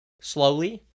Slowly